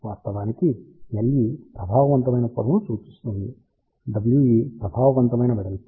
వాస్తవానికి Le ప్రభావవంతమైన పొడవును సూచిస్తుంది We ప్రభావవంతమైన వెడల్పు